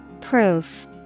Proof